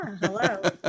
Hello